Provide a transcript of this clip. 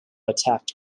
attacked